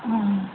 হুম